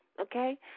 Okay